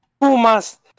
Pumas